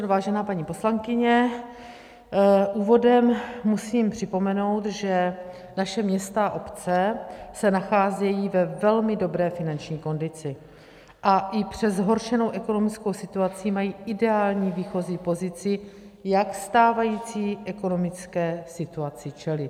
Vážená paní poslankyně, úvodem musím připomenout, že naše města a obce se nacházejí ve velmi dobré finanční kondici a i přes zhoršenou ekonomickou situaci mají ideální výchozí pozici, jak stávající ekonomické situaci čelit.